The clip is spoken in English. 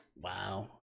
wow